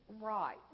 right